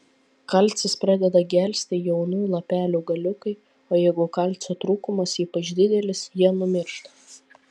kalcis pradeda gelsti jaunų lapelių galiukai o jeigu kalcio trūkumas ypač didelis jie numiršta